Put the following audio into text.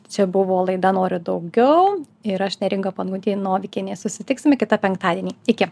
čia buvo laida noriu daugiau ir aš neringa pangonytė novikienė susitiksime kitą penktadienį iki